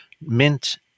mint